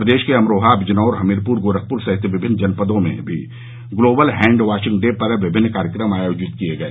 प्रदेश के अमरोहा बिजनौर हमीरपुर गोरखपुर सहित विमिन्न जनपदों में भी ग्लोबल हैंड वाशिंग डे पर विभिन्न कार्यक्रम आयोजित किये गये